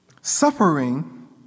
Suffering